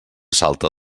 salta